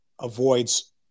avoids